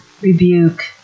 rebuke